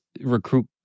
recruit